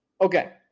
Okay